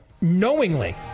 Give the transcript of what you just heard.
knowingly